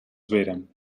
veren